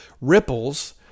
ripples